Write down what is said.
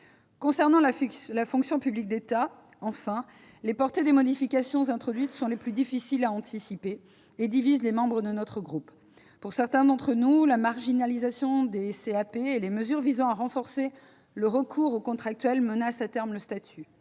Concernant la fonction publique d'État, enfin, les portées des modifications introduites sont les plus difficiles à anticiper et divisent les membres de notre groupe. Pour certains d'entre nous, la marginalisation des commissions administratives paritaires, ou CAP, et les mesures visant à renforcer le recours aux contractuels menacent à terme le statut.